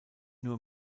nur